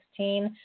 2016